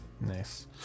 nice